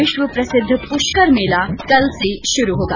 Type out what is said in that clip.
विश्व प्रसिद्ध प्रष्कर मेला कल से शुरु होगा